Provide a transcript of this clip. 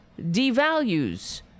devalues